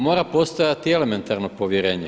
Mora postojati i elementarno povjerenje.